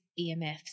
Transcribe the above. EMFs